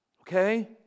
Okay